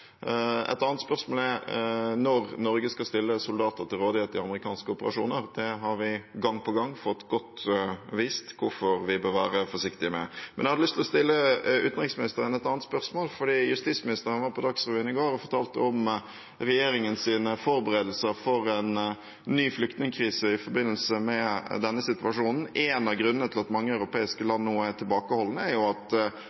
Et annet spørsmål er når Norge skal stille soldater til rådighet i amerikanske operasjoner. Vi har gang på gang fått tydelig se hvorfor vi bør være forsiktige med det. Jeg har lyst å stille utenriksministeren et annet spørsmål. Justisministeren var på Dagsrevyen i går og fortalte om regjeringens forberedelser til en ny flyktningkrise i forbindelse med denne situasjonen. En av grunnene til at mange europeiske